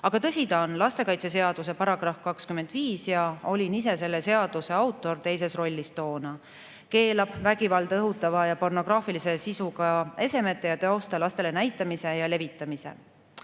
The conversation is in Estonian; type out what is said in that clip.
Aga tõsi ta on, lastekaitseseaduse § 25 – olin ise selle seaduse autor teises rollis toona – keelab vägivalda õhutava ja pornograafilise sisuga esemete ja teoste lastele näitamise ja levitamise.